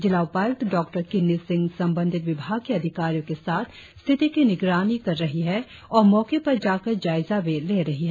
जिला उपायुक्त डॉ किन्नी सिंह संबंधित विभाग के अधिकारियों के साथ स्थिति की निगरानी कर रही है और मौके पर जाकर जायजा भी ले रही है